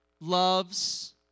loves